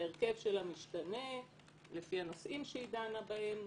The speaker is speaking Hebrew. ההרכב שלה משתנה לפי הנושאים שהיא דנה בהם,